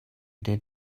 did